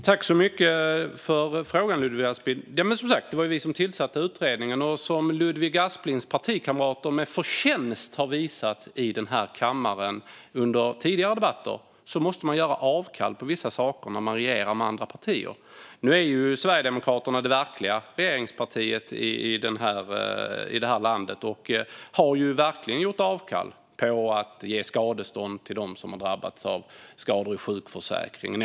Fru talman! Det var, som sagt, vi som tillsatte utredningen. Och som Ludvig Asplings partikamrater med förtjänst har visat i denna kammare under tidigare debatter måste man göra avkall på vissa saker när man regerar med andra partier. Nu är Sverigedemokraterna det verkliga regeringspartiet i detta land och har verkligen gjort avkall på att ge skadestånd till dem som har drabbats av skador inom sjukförsäkringen.